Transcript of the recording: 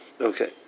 Okay